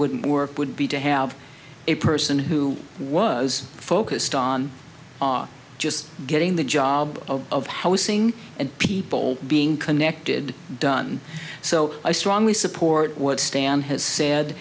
wouldn't work would be to have a person who was focused on just getting the job of of housing and people being connected done so i strongly support what stan has said